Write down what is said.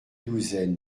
douzaine